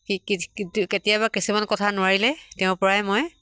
কি কেতিয়াবা কিছুমান কথা নোৱাৰিলে তেওঁৰ পৰাই মই